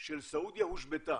של סעודיה הושבתה.